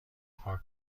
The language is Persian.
پارک